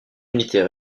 unités